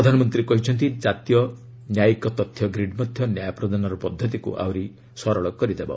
ପ୍ରଧାନମନ୍ତ୍ରୀ କହିଛନ୍ତି ଜାତୀୟ ନ୍ୟାୟିକ ତଥ୍ୟ ଗ୍ରୀଡ଼୍ ମଧ୍ୟ ନ୍ୟାୟ ପ୍ରଦାନର ପଦ୍ଧତିକୁ ଆହୁରି ସହଜ କରିଦେବ